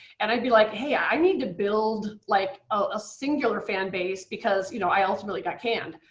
and i'd be like, hey i need to build like a singular fanbase because you know, i ultimately got canned.